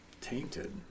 Tainted